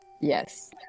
Yes